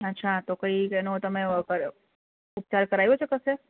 અચ્છા તો કંઈક એનો તમે ઉપચાર કરાવ્યો છે કશે